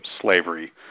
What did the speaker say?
slavery